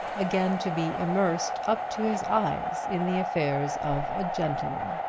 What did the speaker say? again to be immersed up to his eyes in the affairs of a gentleman.